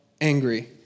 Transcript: angry